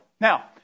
Now